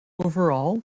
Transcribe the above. overall